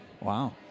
Wow